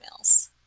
emails